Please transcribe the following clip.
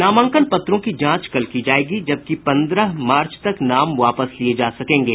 नामांकन पत्रों की जांच कल की जायेगी जबकि पंद्रह मार्च तक नाम वापस लिये जा सकेंगे